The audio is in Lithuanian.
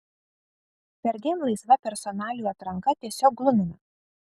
perdėm laisva personalijų atranka tiesiog glumina